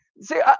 See